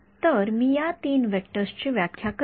तर मी या ३ वेक्टर्स ची व्याख्या करतो